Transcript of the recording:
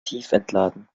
tiefentladen